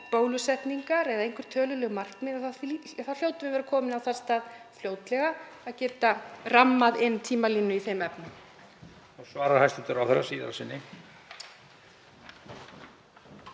bólusetningar (Forseti hringir.) eða töluleg markmið hljótum við að vera komin á þann stað fljótlega að geta rammað inn tímalínu í þeim efnum.